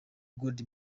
god